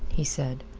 he said.